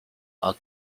are